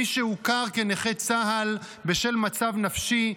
מי שהוכר כנכה צה"ל בשל מצב נפשי,